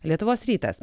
lietuvos rytas